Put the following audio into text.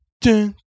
dun